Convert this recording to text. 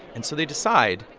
and so they decide,